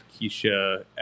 Keisha